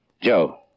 Joe